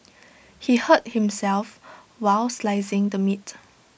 he hurt himself while slicing the meat